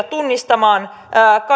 tunnistamaan